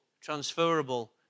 transferable